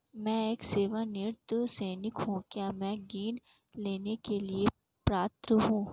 मैं एक सेवानिवृत्त सैनिक हूँ क्या मैं ऋण लेने के लिए पात्र हूँ?